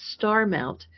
Starmount